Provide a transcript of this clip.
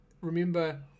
remember